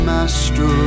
Master